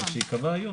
רק שיקבע היום.